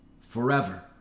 forever